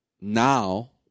now